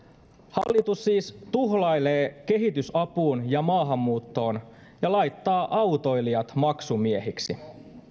hallitus siis tuhlailee kehitysapuun ja maahanmuuttoon ja laittaa autoilijat maksumiehiksi